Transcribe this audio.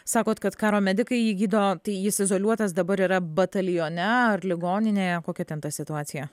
sakot kad karo medikai jį gydo tai jis izoliuotas dabar yra batalione ar ligoninėje kokia ten ta situacija